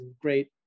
great